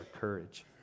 courage